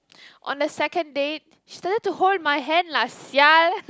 on the second date she doesn't to hold my hand lah sia